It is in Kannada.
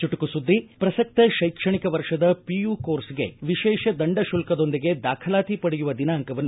ಚುಟುಕು ಸುದ್ದಿ ಪ್ರಸಕ್ತ ಶೈಕ್ಷಣಿಕ ವರ್ಷದ ಪಿಯು ಕೋರ್ಸ್ಗೆ ವಿಶೇಷ ದಂಡ ಶುಲ್ಲದೊಂದಿಗೆ ದಾಖಲಾತಿ ಪಡೆಯುವ ದಿನಾಂಕವನ್ನು